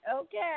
Okay